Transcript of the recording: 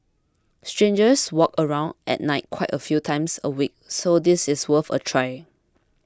strangers walk around at night quite a few times a week so this is worth a try